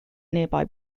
nearby